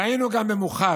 ראינו גם במוחשי